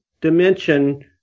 dimension